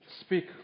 Speak